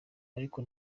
ariko